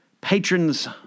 patrons